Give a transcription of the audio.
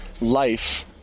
life